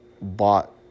bought